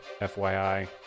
FYI